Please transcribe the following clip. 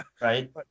Right